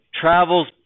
travels